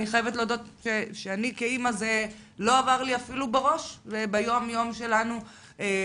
אני חייבת להודות שכאימא זה לא עבר לי אפילו בראש ביום יום שלנו כהורים.